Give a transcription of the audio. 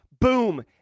boom